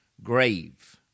Grave